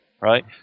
Right